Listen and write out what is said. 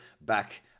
back